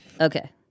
Okay